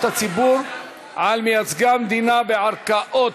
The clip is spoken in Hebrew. הציבור על מייצגי המדינה בערכאות,